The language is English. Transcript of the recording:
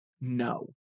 No